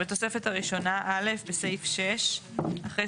תיקון חוק התכנון והבנייה 62. בחוק התכנון והבנייה,